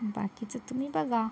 बाकीचं तुम्ही बघा